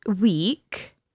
week